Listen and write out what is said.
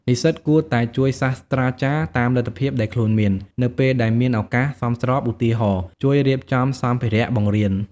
និស្សិតគួរតែ ជួយសាស្រ្តាចារ្យ តាមលទ្ធភាពដែលខ្លួនមាន នៅពេលដែលមានឱកាសសមស្រប (ឧទាហរណ៍ ជួយរៀបចំសម្ភារៈបង្រៀន)។